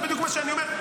זה בדיוק מה שאני אומר.